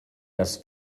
das